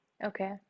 Okay